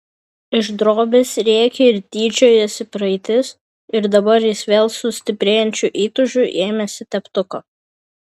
iš drobės rėkė ir tyčiojosi praeitis ir dabar jis vėl su stiprėjančiu įtūžiu ėmėsi teptuko